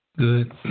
good